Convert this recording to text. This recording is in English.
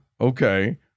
okay